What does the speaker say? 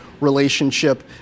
relationship